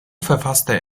verfasste